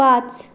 पांच